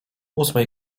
ósmej